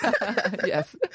Yes